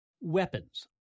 Weapons